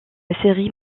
série